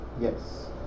Yes